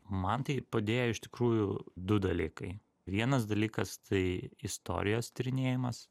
man tai padėjo iš tikrųjų du dalykai vienas dalykas tai istorijos tyrinėjimas